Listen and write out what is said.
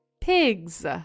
pigs